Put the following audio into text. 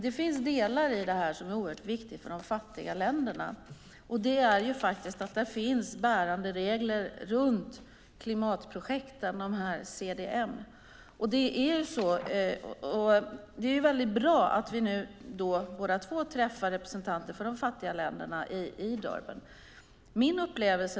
Det finns dock delar i det som är oerhört viktiga för de fattiga länderna. Där finns bärande regler för klimatprojekten, CDM. Det är väldigt bra att vi båda träffar representanter för de fattiga länderna i Durban.